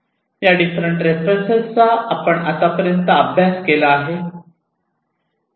या different references चा आपण आतापर्यंत अभ्यास केला आहे